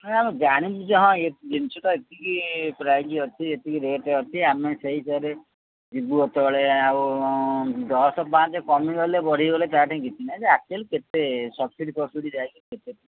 ନାଇଁ ଆମେ ଜାଣିଛୁ ଯେ ହଁ ଏ ଜିନିଷ ଟା ଏତିକି ପ୍ରାଇସ୍ ଅଛି ଏତିକି ରେଟ୍ ଅଛି ଆମେ ସେଇ ହିସାବରେ ଯିବୁ ଯେତେବେଳେ ଆଉ ଦଶ ପାଞ୍ଚ କମିଗଲେ ବଢ଼ିଗଲେ ତା ଠେଇଁ କିଛି ନାହିଁ ଯେ ଆକଚୁଆଲି କେତେ ସବସିଡ଼ିଫବସିଡ଼ି ଯାଇକି କେତେ